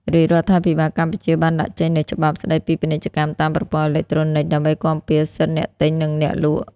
រាជរដ្ឋាភិបាលកម្ពុជាបានដាក់ចេញនូវច្បាប់ស្ដីពីពាណិជ្ជកម្មតាមប្រព័ន្ធអេឡិចត្រូនិក ដើម្បីគាំពារសិទ្ធិអ្នកទិញ និងអ្នកលក់។